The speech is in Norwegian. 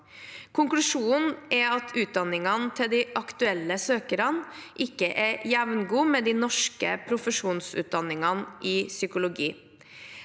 Konklusjonen er at utdanningene til de aktuelle søkerne ikke er jevngod med de norske profesjonsutdanningene i psykologi.